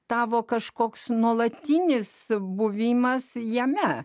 tavo kažkoks nuolatinis buvimas jame